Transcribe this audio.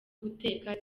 guteka